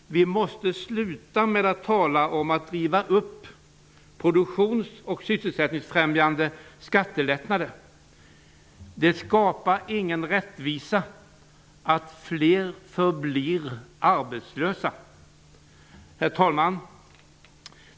Vi måste sluta med att tala om att riva upp produktions och sysselsättningsfrämjande skattelättnader. Det skapar ingen rättvisa att fler förblir arbetslösa. Herr talman!